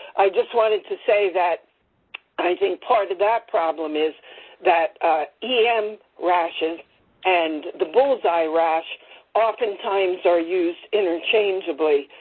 i just wanted to say that i think part of that problem is that em rashes and the bullseye rash often times are used interchangeably,